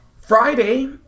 Friday